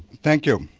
thank you.